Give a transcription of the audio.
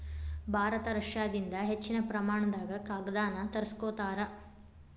ಭಾರತ ರಷ್ಯಾದಿಂದ ಹೆಚ್ಚಿನ ಪ್ರಮಾಣದಾಗ ಕಾಗದಾನ ತರಸ್ಕೊತಾರ